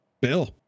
Bill